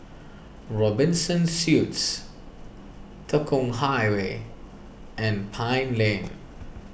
Robinson Suites Tekong Highway and Pine Lane